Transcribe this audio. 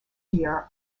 deer